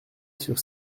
sur